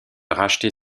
racheter